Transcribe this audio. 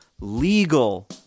legal